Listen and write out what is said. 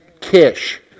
Kish